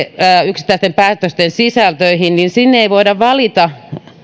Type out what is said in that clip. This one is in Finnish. yksittäisten päätösten sisältöihin ei voida valita